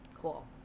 cool